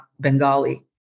Bengali